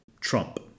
Trump